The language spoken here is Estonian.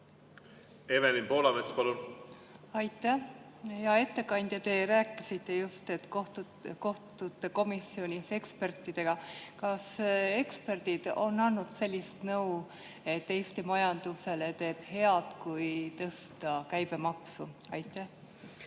Evelin Poolamets, palun! Aitäh! Hea ettekandja! Te rääkisite just, et kohtute komisjonis ekspertidega. Kas eksperdid on andnud sellist nõu, et Eesti majandusele teeb head, kui tõsta käibemaksu? Aitäh!